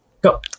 go